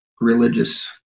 religious